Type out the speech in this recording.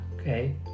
okay